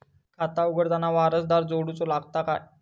खाता उघडताना वारसदार जोडूचो लागता काय?